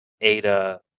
Ada